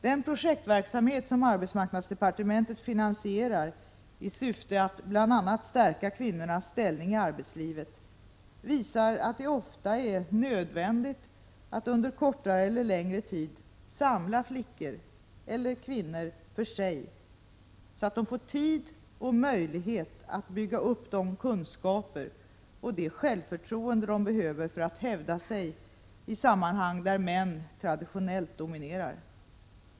Den projektverksamhet som arbetsmarknadsdepartementet finansierar i syfte att bl.a. stärka kvinnornas ställning i arbetslivet visar att det ofta är nödvändigt att under kortare eller längre tid samla flickor eller kvinnor för sig, så att de får tid och möjlighet att bygga upp de kunskaper och det självförtroende de behöver för att hävda sig i sammanhang där män traditionellt dominerar.